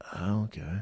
okay